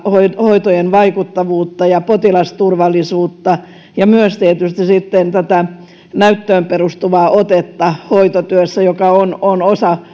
hoitojen vaikuttavuutta ja potilasturvallisuutta ja tietysti sitten myös tätä näyttöön perustuvaa otetta hoitotyössä joka on on osa